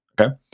okay